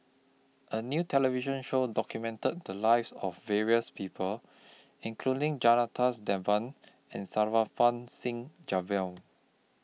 A New television Show documented The Lives of various People including Janadas Devan and Singh